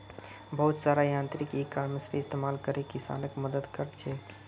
बहुत सारा यांत्रिक इ कॉमर्सेर इस्तमाल करे किसानक मदद क र छेक